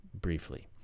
briefly